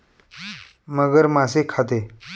मगर मासे खाते